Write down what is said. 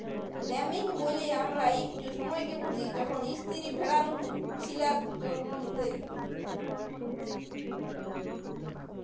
lambing ব্যলে আমরা ইকট সময়কে বুঝি যখল ইস্তিরি ভেড়া লুলু ছিলা জল্ম দেয়